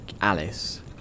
Alice